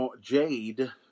Jade